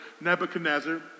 Nebuchadnezzar